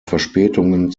verspätungen